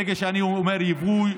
ברגע שאני אומר יבוא,